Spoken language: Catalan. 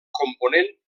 component